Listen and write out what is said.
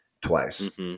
twice